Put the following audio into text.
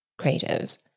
creatives